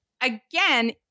again